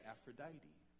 Aphrodite